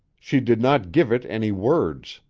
she did not give it any words.